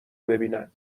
ببینن